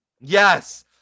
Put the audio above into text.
Yes